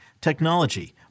technology